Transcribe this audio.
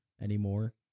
anymore